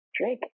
drink